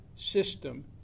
system